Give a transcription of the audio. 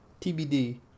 TBD